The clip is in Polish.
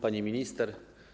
Pani Minister!